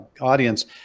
audience